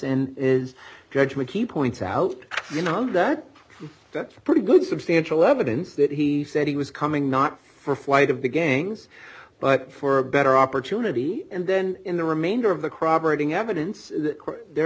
and is judgment he points out you know that that's a pretty good substantial evidence that he said he was coming not for flight of the gangs but for a better opportunity and then in the remainder of the crop orating evidence th